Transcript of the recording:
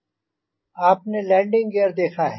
up आपने landing gear देखा है